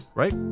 right